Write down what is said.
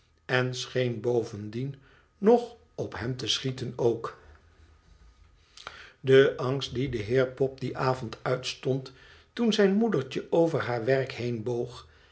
en scheen bovendien nog op hem te schieten ook de angst dien de heer pop dien avond uitstond toen zijn moedertje over haar werk